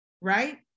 right